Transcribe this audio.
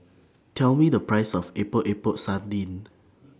Tell Me The Price of Epok Epok Sardin